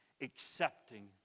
accepting